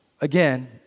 again